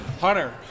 Hunter